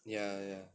ya ya